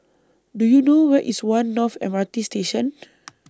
Do YOU know Where IS one North M R T Station